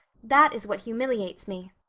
that is what humiliates me.